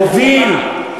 תוביל,